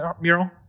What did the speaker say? mural